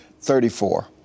Thirty-four